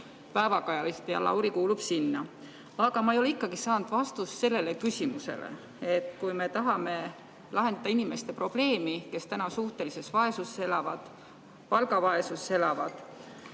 päevakajalised. Lauri kuulub sinna. Aga ma ei ole saanud vastust sellele küsimusele, et kui me tahame lahendada inimeste probleemi, kes täna suhtelises vaesuses elavad, palgavaesuses elavad,